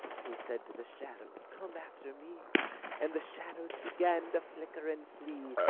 he said to the shadows, come after me and the shadows began to flicker and flee,